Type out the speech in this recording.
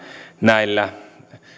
näillä